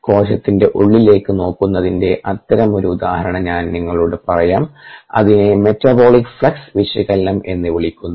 കോശത്തിന്റെ ഉള്ളിലേക്ക് നോക്കുന്നതിന്റെ അത്തരം ഒരു ഉദാഹരണം ഞാൻ നിങ്ങളോട് പറയാം അതിനെ മെറ്റബോളിക് ഫ്ലക്സ് വിശകലനം എന്ന് വിളിക്കുന്നു